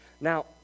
Now